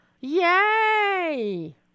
Yay